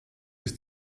ist